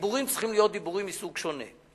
הדיבורים צריכים להיות מסוג שונה.